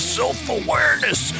self-awareness